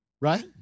Right